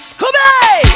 Scooby